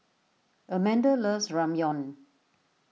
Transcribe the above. Amanda loves Ramyeon